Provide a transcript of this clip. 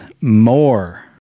more